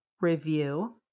review